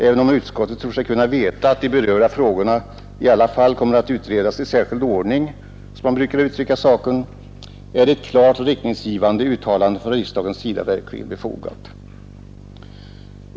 Även om utskottet tror sig veta att de berörda frågorna i alla fall kommer att utredas i särskild ordning, som man brukar uttrycka saken, är ett klart riktningsgivande uttalande från riksdagens sida verkligen befogat.